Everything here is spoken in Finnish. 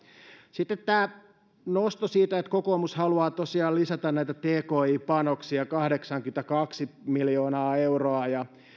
sitten oli tämä nosto että kokoomus haluaa tosiaan lisätä näitä tki panoksia kahdeksankymmentäkaksi miljoonaa euroa ja